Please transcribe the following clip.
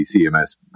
CMS